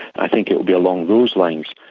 i think it will be along those lines.